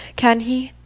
can he?